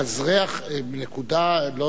לאזרח נקודה לא